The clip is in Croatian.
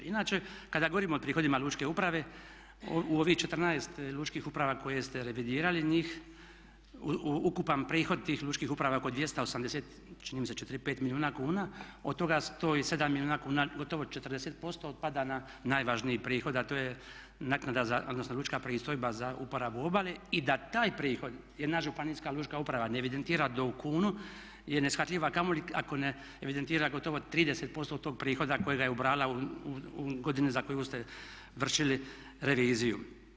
Inače kada govorimo o prihodima Lučke uprave u ovih 14 lučkih uprava koje ste revidirali, ukupan prihod tih lučkih uprava je oko 280 čini mi se 4, 5 milijuna kuna od toga 107 milijuna kuna gotovo 40% otpada na najvažnijih prihod a to je naknada odnosno lučka pristojba za uporabu obale i da taj prihod jedna Županijska lučka uprava ne evidentira do u kunu je ne shvatljiva, a kamoli ako ne evidentira gotovo 30% od tog prihoda kojega je ubrala u godini za koju ste vršili reviziju.